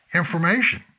information